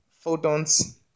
photons